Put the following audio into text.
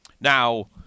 Now